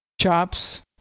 Chops